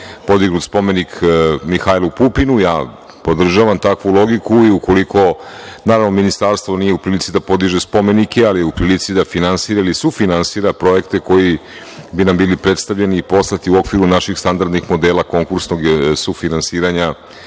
podignut spomenik Mihajlu Pupinu. Ja podržavam takvu logiku i ukoliko, naravno Ministarstvo nije u prilici da podiže spomenike, ali je u prilici da finansira ili sufinansira projekte koji bi nam bili predstavljeni i poslati u okviru naših standardnih modela konkursnog sufinasiranja